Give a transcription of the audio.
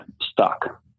stuck